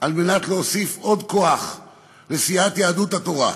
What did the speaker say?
על מנת להוסיף עוד כוח לסיעת יהדות התורה,